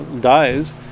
dies